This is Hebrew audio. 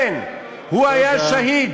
כן, הוא היה שהיד.